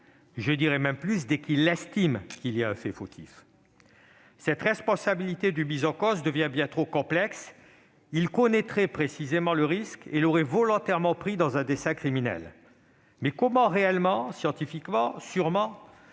je dirais même : dès qu'il « estime » qu'il y a un fait fautif. Cette responsabilité du mis en cause devient bien trop complexe. Il connaîtrait précisément le risque et l'aurait volontairement pris dans un dessein criminel ... Comment, réellement, scientifiquement, sûrement,